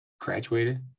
Graduated